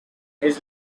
his